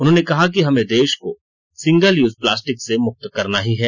उन्होंने कहा कि हमें देश को सिंगलयूज प्लास्टिक से मुक्त करना ही है